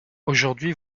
aujourd’hui